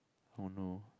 oh no